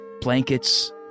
Blankets